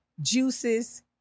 juices